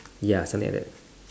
ya something like that